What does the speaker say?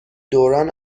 دوران